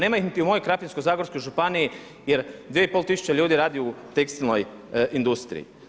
Nema ih niti u mojoj Krapinsko-zagorskoj županiji jer 2,5 tisuće ljudi radi u tekstilnoj industriji.